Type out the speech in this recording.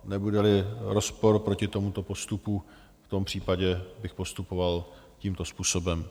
Nebudeli rozpor proti tomuto postupu, v tom případě bych postupoval tímto způsobem.